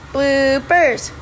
Bloopers